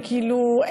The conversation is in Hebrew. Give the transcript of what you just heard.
וכאילו,